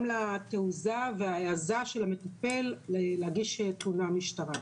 גם לתעוזה והעזה של המטפל להגיש תלונה למשטרה.